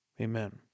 Amen